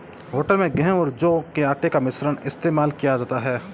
hotel में गेहूं और जौ के आटे का मिश्रण इस्तेमाल किया जाता है